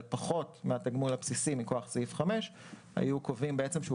פחות מהתגמול הבסיסי מכוח סעיף 5 היו קובעים בעצם שהוא